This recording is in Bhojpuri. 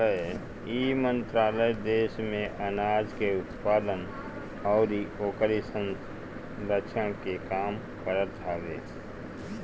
इ मंत्रालय देस में आनाज के उत्पादन अउरी ओकरी संरक्षण के काम करत हवे